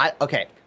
okay